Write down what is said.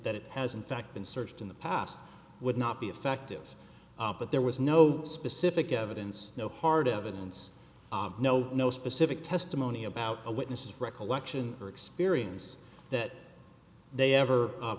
that it has in fact been searched in the past would not be effective but there was no specific evidence no hard evidence no no specific testimony about a witness recollection or experience that they ever